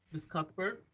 ms. cuthbert.